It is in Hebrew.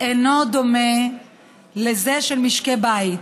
אינו דומה לזה של משקי בית,